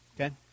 Okay